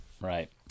right